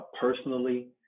personally